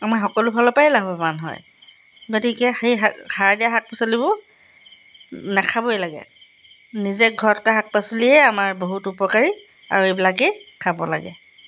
আমাৰ সকলো ফালৰ পৰাই লাভৱান হয় গতিকে সেই স সাৰ দিয়া শাক পাচলিবোৰ নাখাবই লাগে নিজে ঘৰত কৰা শাক পাচলিয়ে আমাৰ বহুত উপকাৰী আৰু এইবিলাকেই খাব লাগে